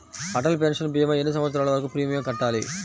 Atal pension భీమా ఎన్ని సంవత్సరాలు వరకు ప్రీమియం కట్టాలి?